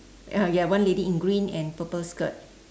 ah ya one lady in green and purple skirt